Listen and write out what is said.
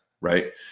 right